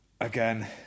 again